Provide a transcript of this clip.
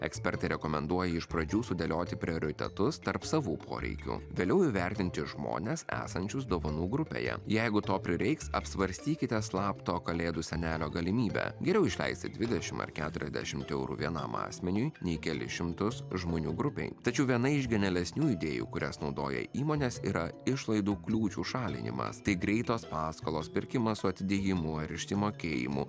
ekspertai rekomenduoja iš pradžių sudėlioti prioritetus tarp savų poreikių vėliau įvertinti žmones esančius dovanų grupėje jeigu to prireiks apsvarstykite slapto kalėdų senelio galimybę geriau išleisti dvidešim ar keturiadešimt eurų vienam asmeniui nei kelis šimtus žmonių grupei tačiau viena iš genialesnių idėjų kurias naudoja įmonės yra išlaidų kliūčių šalinimas tai greitos paskolos pirkimas su atidėjimu ar išsimokėjimu